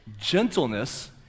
Gentleness